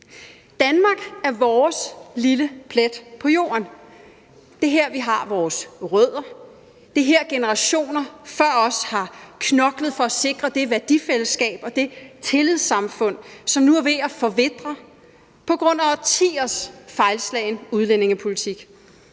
Danmark er vores lille plet på jorden. Det er her, vi har vores rødder, det er her, generationer før os har knoklet for at sikre det værdifællesskab og det tillidssamfund, som nu er ved at forvitre på grund af årtiers fejlslagen udlændingepolitik.